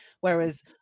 whereas